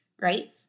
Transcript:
right